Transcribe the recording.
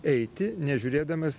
eiti nežiūrėdamas